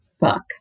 book